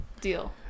deal